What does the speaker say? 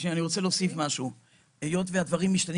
היות שהדברים משתנים